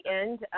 end